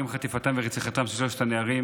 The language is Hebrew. יום חטיפתם ורציחתם של שלושת הנערים,